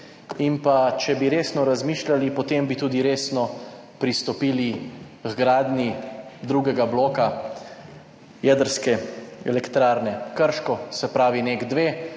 In pa če bi resno razmišljali, potem bi tudi resno pristopili h gradnji drugega bloka Jedrske elektrarne Krško, se pravi NEK-2,